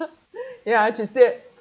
ya she said